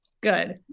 Good